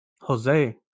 Jose